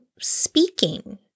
speaking